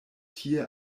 tie